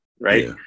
right